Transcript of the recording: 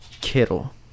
Kittle